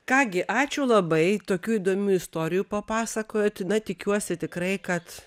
ką gi ačiū labai tokių įdomių istorijų papasakojot na tikiuosi tikrai kad